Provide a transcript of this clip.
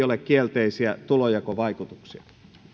ole kielteisiä tulonjakovaikutuksia